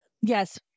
yes